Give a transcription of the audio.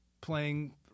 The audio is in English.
playing